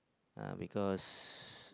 uh because